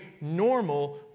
normal